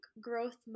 growth